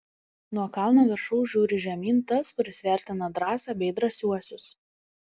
nuo kalno viršaus žiūri žemyn tas kuris vertina drąsą bei drąsiuosius